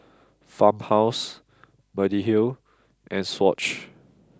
Farmhouse Mediheal and Swatch